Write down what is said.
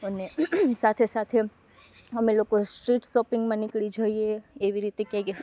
અને સાથે સાથે અમે લોકો સ્ટ્રીટ શોપિંગમાં નીકળી જઈએ એવી રીતે